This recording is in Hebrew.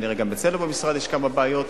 כנראה גם אצלנו במשרד יש כמה בעיות.